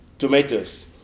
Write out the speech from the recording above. tomatoes